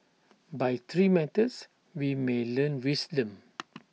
by three methods we may learn wisdom